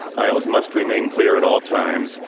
aisles must remain clear at all times,